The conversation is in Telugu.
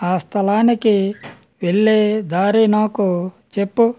ఆ స్థలానికి వెళ్ళే దారి నాకు చెప్పు